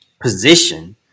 position